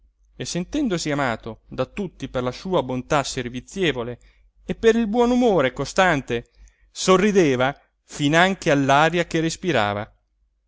e sentendosi amato da tutti per la sua bontà servizievole e il buon umore costante sorrideva finanche all'aria che respirava